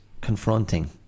confronting